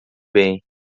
bem